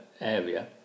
area